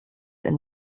and